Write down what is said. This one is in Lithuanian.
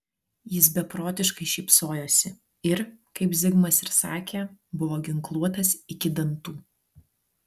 jis beprotiškai šypsojosi ir kaip zigmas ir sakė buvo ginkluotas iki dantų